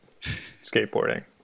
skateboarding